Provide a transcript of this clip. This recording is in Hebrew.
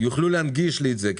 יוכלו להנגיש לי את זה,